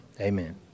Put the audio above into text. amen